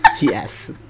Yes